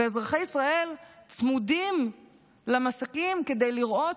ואזרחי ישראל צמודים למסכים כדי לראות,